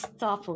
Stop